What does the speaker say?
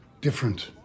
different